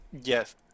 Yes